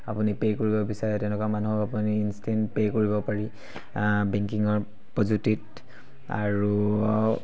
আপুনি পে' কৰিব বিচাৰে তেনেকুৱা মানুহক আপুনি ইঞ্চটেণ্ট পে' কৰিব পাৰি বেংকিঙৰ প্ৰযুক্তিত আৰু